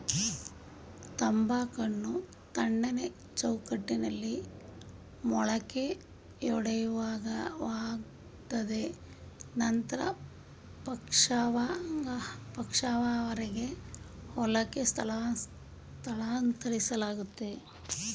ತಂಬಾಕನ್ನು ತಣ್ಣನೆ ಚೌಕಟ್ಟಲ್ಲಿ ಮೊಳಕೆಯೊಡೆಯಲಾಗ್ತದೆ ನಂತ್ರ ಪಕ್ವವಾಗುವರೆಗೆ ಹೊಲಕ್ಕೆ ಸ್ಥಳಾಂತರಿಸ್ಲಾಗ್ತದೆ